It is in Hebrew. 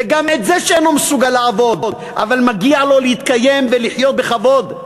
וגם את זה שאינו מסוגל לעבוד אבל מגיע לו להתקיים ולחיות בכבוד.